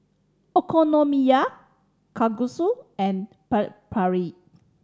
Okonomiyaki Kalguksu and Chaat Papri